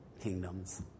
kingdom's